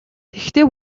тэгэхдээ